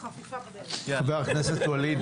חבר הכנסת ואליד.